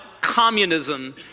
communism